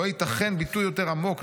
לא ייתכן ביטוי יותר עמוק,